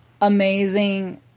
amazing